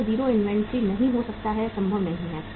यह 0 इन्वेंट्री नहीं हो सकता है संभव नहीं है